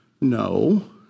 No